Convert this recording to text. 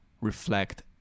reflect